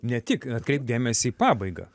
ne tik atkreipk dėmesį į pabaigą